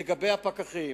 לגבי הפקחים,